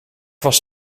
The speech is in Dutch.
was